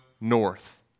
north